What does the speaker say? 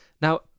Now